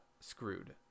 screwed